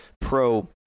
pro